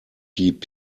piep